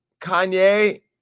Kanye